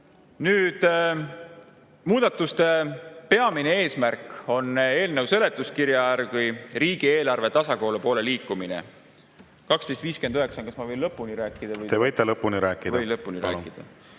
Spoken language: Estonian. Nüüd, muudatuste peamine eesmärk on eelnõu seletuskirja järgi riigieelarve tasakaalu poole liikumine … Kell on 12.59, kas ma võin lõpuni rääkida või? Te võite lõpuni rääkida. Võin lõpuni rääkida.…